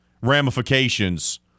ramifications